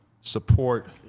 support